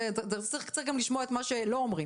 זה צריך קצת גם לשמוע את מה שלא אומרים.